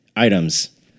Items